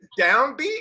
downbeat